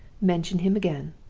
mention him again